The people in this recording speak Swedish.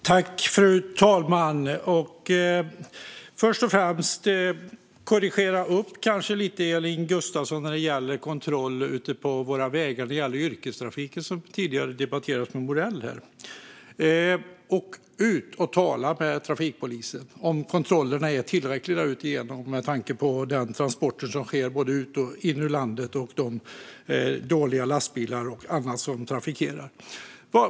Fru talman! Först och främst vill jag korrigera det som Elin Gustafsson sa när det gäller kontroller ute på våra vägar. Det handlar om yrkestrafiken, som hon nyss debatterade med Morell. Åk ut och tala med trafikpolisen! Fråga om kontrollerna är tillräckliga med tanke på den stora mängd transporter som sker in i och ut ur landet och med tanke på de dåliga lastbilar och annat som bedriver denna trafik.